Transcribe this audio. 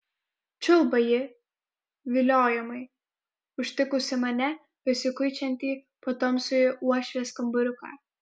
čiulba ji viliojamai užtikusi mane besikuičiantį po tamsųjį uošvės kambariuką